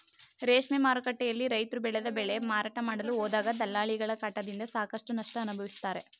ರೇಷ್ಮೆ ಮಾರುಕಟ್ಟೆಯಲ್ಲಿ ರೈತ್ರು ಬೆಳೆದ ಬೆಳೆ ಮಾರಾಟ ಮಾಡಲು ಹೋದಾಗ ದಲ್ಲಾಳಿಗಳ ಕಾಟದಿಂದ ಸಾಕಷ್ಟು ನಷ್ಟ ಅನುಭವಿಸುತ್ತಾರೆ